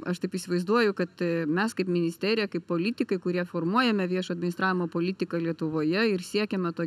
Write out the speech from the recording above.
aš taip įsivaizduoju kad mes kaip ministerija kaip politikai kurie formuojame viešo administravimo politiką lietuvoje ir siekiame to